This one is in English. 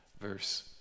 verse